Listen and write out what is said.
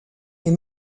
est